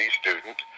student